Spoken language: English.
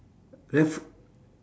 ref~